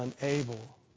unable